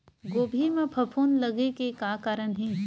गोभी म फफूंद लगे के का कारण हे?